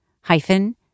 hyphen